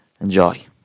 Enjoy